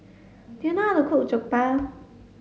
do you know how to cook Jokbal